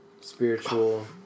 spiritual